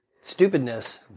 stupidness